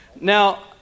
Now